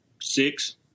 six